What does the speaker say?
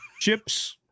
chips